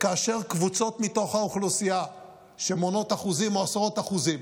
כאשר קבוצות מתוך האוכלוסייה שמונות אחוזים או עשרות אחוזים